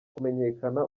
kumenyekana